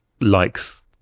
likes